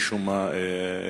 שמשום מה נדחה,